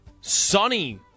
sunny